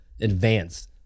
advance